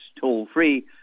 toll-free